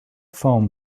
foam